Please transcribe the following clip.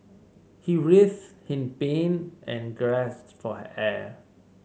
he writhed in pain and gasped for air